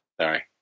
Sorry